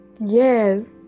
Yes